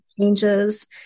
changes